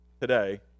today